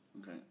Okay